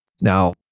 Now